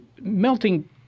melting